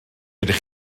ydych